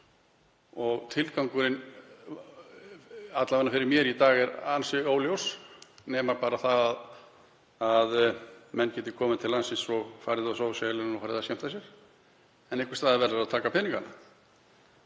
og tilgangurinn, alla vega fyrir mér í dag, er ansi óljós nema bara það að menn geti komið til landsins og farið á sósíalinn og farið að skemmta sér. En einhvers staðar verður að taka peningana.